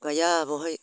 गाया बावहाय